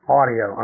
audio